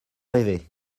rêver